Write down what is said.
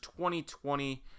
2020